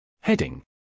Heading